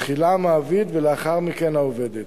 תחילה המעביד ולאחר מכן העובדת.